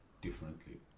differently